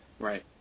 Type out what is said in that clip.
Right